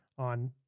on